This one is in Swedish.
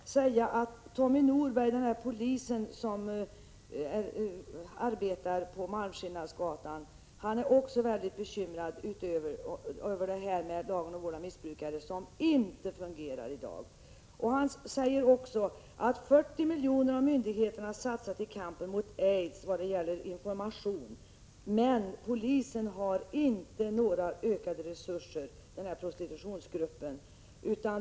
Tommy Norberg, den polis som arbetar på Malmskillnadsgatan, är enligt Expressens artikel också mycket bekymrad över LVM, som i dag inte fungerar. ”Det är ingen idé att sända dem för vård.” Han säger också: ”40 miljoner har myndigheterna satsat i kampen mot aids när det gäller information, men polisens prostitutionsgrupp har inte fått några ökade resurser.